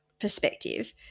perspective